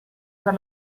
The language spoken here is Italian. per